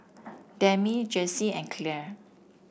Demi Jessye and Clare